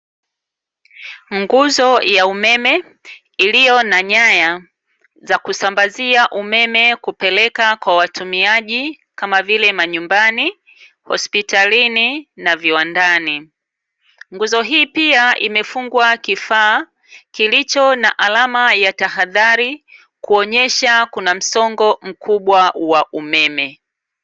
Nguzo ya umeme iliyo na nyaya za kusambazia umeme kupeleka kwa watumiaji, kama vile: manyumbani, hospitalini na viwandani. Nguzo hii pia imefungwa kifaa kilicho na alama ya tahadhari, kuonyesha kuna msongo mkubwa wa umeme.